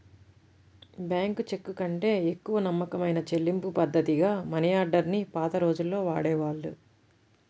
bank చెక్కుకంటే ఎక్కువ నమ్మకమైన చెల్లింపుపద్ధతిగా మనియార్డర్ ని పాత రోజుల్లో వాడేవాళ్ళు